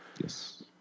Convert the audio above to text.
Yes